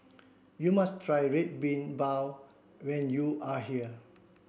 you must try Red Bean Bao when you are here